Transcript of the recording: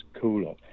cooler